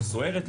או סוהרת,